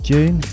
June